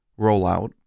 rollout